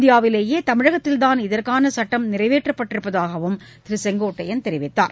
இந்தியாவிலேயே தமிழகத்தில்தாள் இதற்கான சட்டம் நிறைவேற்றப்பட்டிருப்பதாகவும் திரு செங்கோட்டையன் தெரிவித்தார்